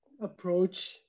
approach